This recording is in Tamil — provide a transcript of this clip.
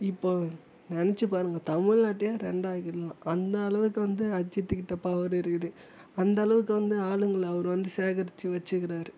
இப்போ நினச்சி பாருங்கள் தமிழ்நாட்டையே ரெண்டாகிறாலாம் அந்த அளவுக்கு வந்து அஜித்துகிட்ட பவரு இருக்குது அந்த அளவுக்கு வந்து ஆளுங்களை அவர் வந்து சேகரிச்சு வச்சிக்கிறார்